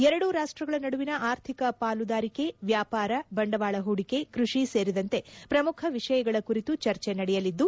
ಎರಡೂ ರಾಷ್ಲಗಳ ನಡುವಿನ ಆರ್ಥಿಕ ಪಾಲುದಾರಿಕೆ ವ್ಯಾಪಾರ ಬಂಡವಾಳ ಹೂಡಿಕೆ ಕೃಷಿ ಸೇರಿದಂತೆ ಪ್ರಮುಖ ವಿಷಯಗಳ ಕುರಿತು ಚರ್ಚೆ ನಡೆಯಲಿದ್ದು